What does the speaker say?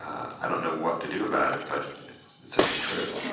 i don't know what to do about it. but it's it's certainly true